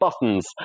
buttons